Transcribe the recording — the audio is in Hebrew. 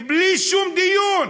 בלי שום דיון,